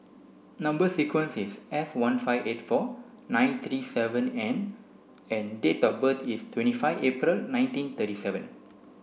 number sequence is S one five eight four nine three seven N and date of birth is twenty five April nineteen thirty seven